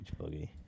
boogie